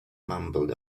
mumbled